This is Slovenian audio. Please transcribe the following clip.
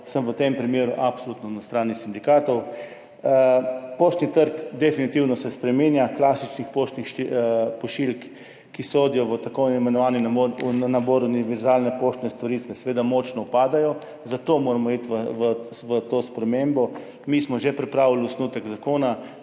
sem v tem primeru absolutno na strani sindikatov. Poštni trg se definitivno spreminja. Klasične poštne pošiljke, ki sodijo v tako imenovani nabor univerzalnih poštnih storitev, seveda močno upadajo, zato moramo iti v to spremembo. Mi smo že pripravili osnutek zakona.